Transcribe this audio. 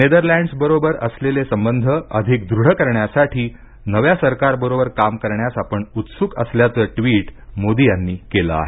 Netherlands बरोबर असलेले संबध अधिक दृढ करण्यासाठी नव्या सरकारबरोबर काम करण्यास आपण उत्सुक असल्याचं ट्वीट मोदी यांनी केलं आहे